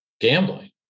gambling